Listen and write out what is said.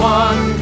one